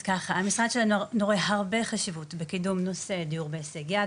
אז קודם כל המשרד שלנו רואה הרבה חשיבות בקידום נושא דיור בהישג יד.